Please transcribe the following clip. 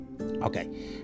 Okay